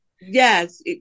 Yes